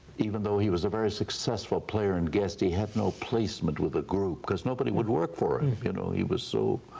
even though he was a very successful player and guest, he had no placement with a group because nobody would work for him, and you know he was so